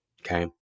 Okay